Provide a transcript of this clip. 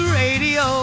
radio